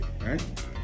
right